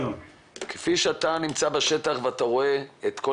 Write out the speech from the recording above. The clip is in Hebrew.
כפי שאתה נמצא בשטח ואתה רואה את כל